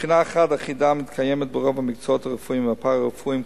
בחינה אחת אחידה מתקיימת ברוב המקצועות הרפואיים והפארה-רפואיים,